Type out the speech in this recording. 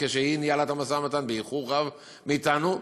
והיא ניהלה את המשא-ומתן באיחור רב מאתנו,